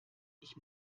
ich